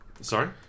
Sorry